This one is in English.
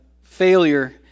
failure